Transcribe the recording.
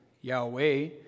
Yahweh